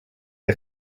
les